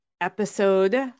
episode